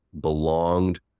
belonged